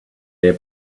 air